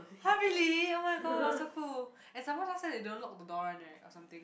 !huh! really oh-my-god so cool and some more last time they don't lock the door one right or something